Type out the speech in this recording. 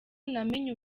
namenye